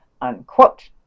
unquote